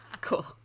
Cool